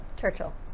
Churchill